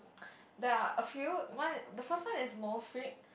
there are a few one i~ the first one is